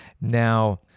now